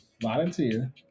volunteer